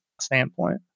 standpoint